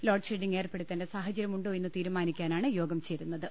load shedding ഏർപ്പെടു ത്തേണ്ട സാഹചര്യമുണ്ടോ എന്ന് തീരുമാനിക്കാനാണ് യോഗം ചേരുന്ന ത്